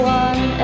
one